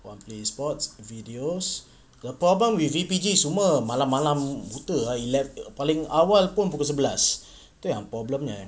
one play sports videos the problem with V_P_G semua malam-malam betul ah ele~ paling awal pun pukul sebelas tu yang problemnya